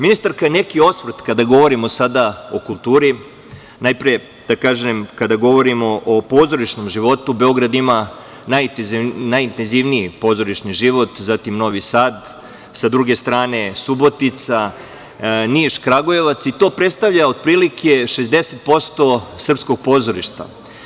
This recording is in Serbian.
Ministarka, neki osvrt kada govorimo sada o kulturi, najpre da kažem kada govorimo o pozorišnom životu, Beograd ima najintenzivniji pozorišni život, zatim Novi Sad, sa druge strane Subotica, Niš, Kragujevac i to predstavlja otprilike 60% srpskog pozorišta.